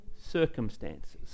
circumstances